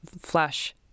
flash